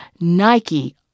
Nike